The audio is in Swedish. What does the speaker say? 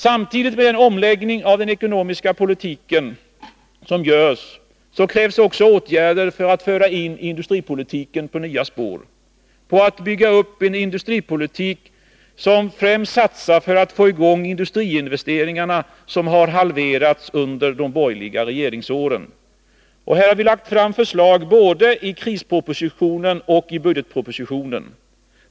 Samtidigt med denna omläggning av den ekonomiska politiken krävs också åtgärder för att föra in industripolitiken på nya spår, på att bygga upp en offensiv industripolitik. Det gäller främst åtgärder för att få i gång industriinvesterngarna, som har halverats under de borgerliga regeringsåren. Här har vi lagt fram förslag både i krispropositionen och i budgetpropositionen.